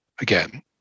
again